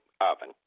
oven